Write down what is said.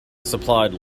supplied